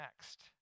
next